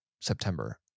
September